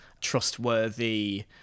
trustworthy